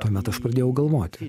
tuomet aš pradėjau galvoti